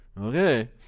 Okay